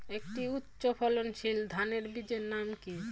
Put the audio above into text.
একটি উচ্চ ফলনশীল ধানের বীজের নাম কী?